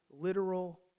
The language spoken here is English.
literal